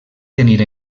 tenir